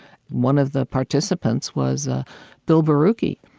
one of the participants was ah bill borucki,